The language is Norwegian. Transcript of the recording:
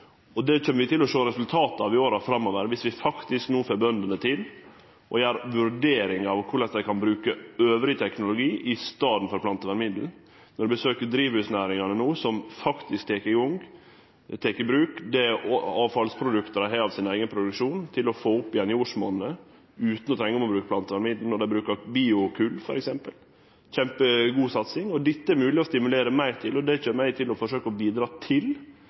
fjor. Det kjem vi til å sjå resultat av i åra framover dersom vi får bøndene til å vurdere korleis dei kan bruke annan teknologi i staden for plantevernmiddel. Eg besøkjer drivhusnæringar no som tek i bruk dei avfallsprodukta dei har av sin eigen produksjon, til å få opp igjen jordsmonnet, utan å trenge å bruke plantevernmiddel, dei brukar biokol, t.d., og det er ei kjempegod satsing. Dette er det mogleg å stimulere meir til, og det kjem eg til å forsøkje å bidra til.